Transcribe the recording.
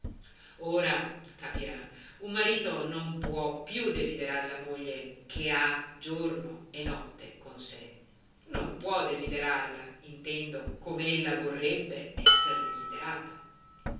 ora capirà un marito non può più desiderar la moglie che ha giorno e notte con sé non può desiderarla intendo com'ella vorrebbe essere desiderata